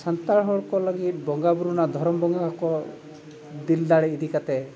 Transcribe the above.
ᱥᱟᱱᱛᱟᱲ ᱦᱚᱲ ᱠᱚ ᱞᱟᱹᱜᱤᱫ ᱵᱚᱸᱜᱟ ᱵᱩᱨᱩ ᱨᱮᱱᱟᱜ ᱫᱷᱚᱨᱚᱢ ᱵᱚᱸᱜᱟ ᱦᱚᱸᱠᱚ ᱫᱤᱞ ᱫᱟᱲᱮ ᱤᱫᱤ ᱠᱟᱛᱮ